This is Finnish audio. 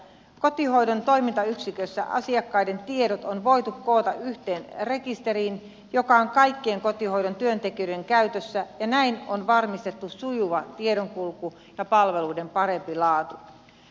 kotihoidon toimintayksikössä asiakkaiden tiedot on voitu koota yhteen rekisteriin joka on kaikkien kotihoidon työntekijöiden käytössä ja näin on varmistettu sujuva tiedonkulku ja palveluiden parempi laatu